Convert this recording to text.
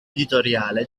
editoriale